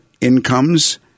incomes